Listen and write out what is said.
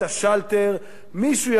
מישהו יכול לסגור לה את השלטר,